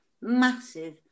massive